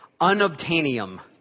Unobtainium